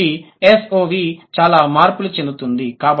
కాబట్టి SOV చాలా మార్పులు చెందుతుంది